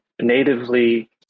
natively